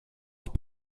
doch